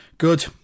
Good